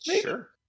Sure